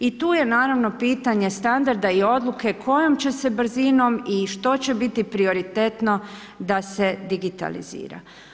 I tu je naravno pitanje standarda i odluke kojom će se brzinom i što će biti prioritetno da se digitalizira.